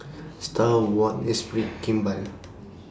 STAR Awards Esprit and Kimball